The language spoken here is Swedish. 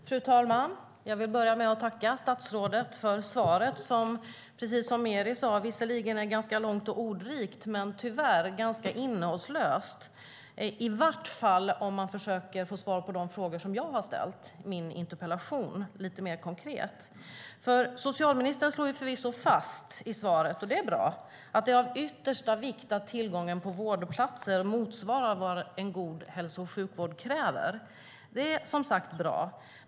Fru talman! Jag vill börja med att tacka statsrådet för svaret. Precis som Meeri Wasberg sade är det visserligen ganska långt och ordrikt men tyvärr ganska innehållslöst, i varje fall om man försöker att lite mer konkret få svar på de frågor som jag ställt i min interpellation. Socialministern slår förvisso fast i svaret - och det är bra - att det är av yttersta vikt att tillgången på vårdplatser motsvarar vad en god hälso och sjukvård kräver. Det är som sagt bra.